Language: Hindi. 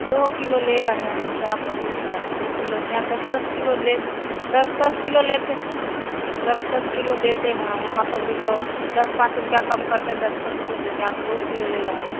दो किलो ले रहे हैं क्या बहुत है दो किलो नया दस दस किलो लेत दस दस किलो लेते दस दस किलो देते हैं वहाँ पर भी तो दस पाँच रुपया कम करते हैं दस दस किलो देते हैं आप दो किलो ले रहें हैं